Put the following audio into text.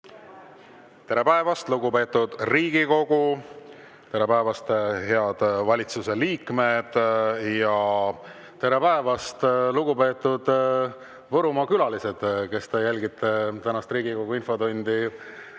Tere päevast, lugupeetud Riigikogu! Tere päevast, head valitsuse liikmed! Tere päevast, lugupeetud Võrumaa külalised, kes te jälgite tänast Riigikogu infotundi